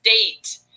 date